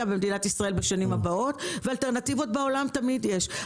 במדינת ישראל בשנים הבאות ואלטרנטיבות בעולם תמיד יש.